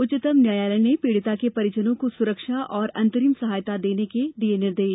उच्चतम न्यायालय ने पीड़िता के परिजनों को सुरक्षा और अंतरिम सहायता देने के दिये निर्देश